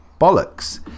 bollocks